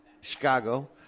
Chicago